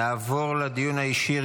נעבור לדיון האישי.